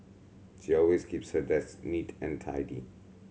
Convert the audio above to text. she always keeps her desk neat and tidy